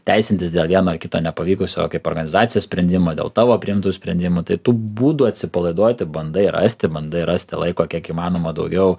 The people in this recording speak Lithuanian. teisintis dėl vieno ar kito nepavykusio kaip organizacijos sprendimo dėl tavo priimtų sprendimų tai tų būdų atsipalaiduoti bandai rasti bandai rasti laiko kiek įmanoma daugiau